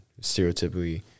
stereotypically